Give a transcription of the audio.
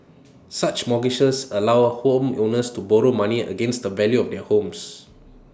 such mortgages allow homeowners to borrow money against the value of their homes